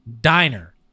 diner